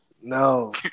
no